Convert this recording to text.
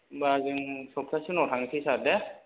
होमब्ला जों सफ्थासे उनाव थांसै सार दे